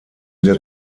der